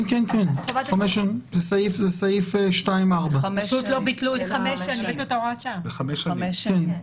כן, זה סעיף 2(4). חמש שנים.